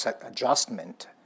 adjustment